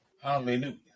Hallelujah